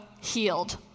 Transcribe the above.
healed